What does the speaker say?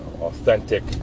Authentic